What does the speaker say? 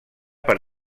per